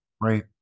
Right